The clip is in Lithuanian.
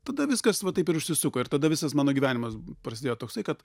tada viskas va taip ir užsisuko ir tada visas mano gyvenimas prasidėjo toksai kad